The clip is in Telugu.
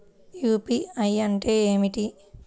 యూ.పీ.ఐ అంటే ఏమిటీ?